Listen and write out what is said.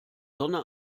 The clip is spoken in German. sonne